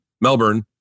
Melbourne